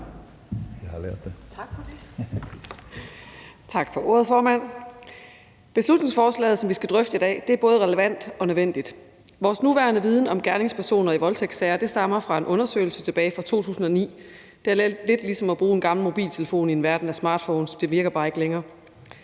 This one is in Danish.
jeg har gjort det.